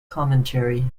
commentary